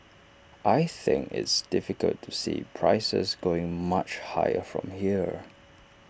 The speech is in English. I think it's difficult to see prices going much higher from here